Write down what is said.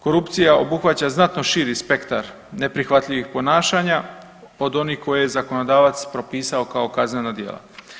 Korupcija obuhvaća znatno širi spektar neprihvatljivih ponašanja, od onih koje je zakonodavac propisao kao kaznena djela.